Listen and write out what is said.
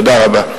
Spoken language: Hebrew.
תודה רבה.